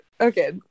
okay